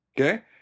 Okay